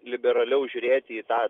liberaliau žiūrėti į tą